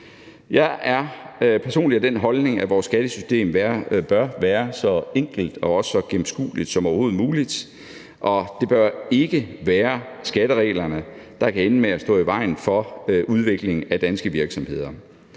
Jeg er personligt af den holdning, at vores skattesystem bør være så enkelt og også så gennemskueligt som overhovedet muligt, og det bør ikke være skattereglerne, der kan ende med at stå i vejen for udviklingen af danske virksomheder.